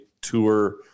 Tour